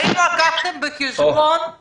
האם לקחתם בחשבון את